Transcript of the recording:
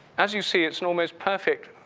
as you see it's almost perfect